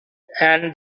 and